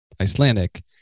Icelandic